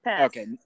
Okay